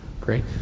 Great